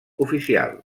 oficial